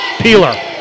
Peeler